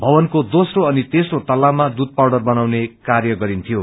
भवनको दोम्रो अनि तेस्रो तल्लामा दुय पाउडर बनाउने कार्य गरिन्थ्यो